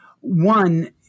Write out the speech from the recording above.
one